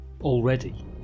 Already